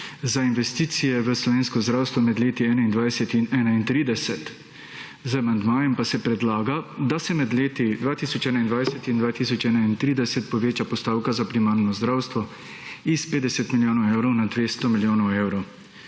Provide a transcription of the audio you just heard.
za investicije v slovensko zdravstvo med leti 2021 in 2031. Z amandmajem pa se predlaga, da se med leti 2021 in 2031 poveča postavka za primarno zdravstvo iz 50 milijonov evrov na 200 milijonov evrov.